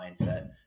mindset